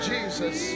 Jesus